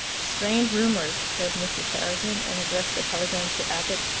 strange rumours, read mrs. herriton, and addressed the telegram to abbott,